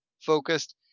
focused